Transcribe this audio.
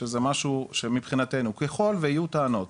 שזה משהו שמבחינתנו ככל ויהיו טענות